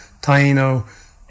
Taino